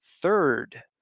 third